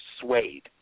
suede